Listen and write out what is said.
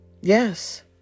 Yes